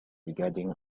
regarding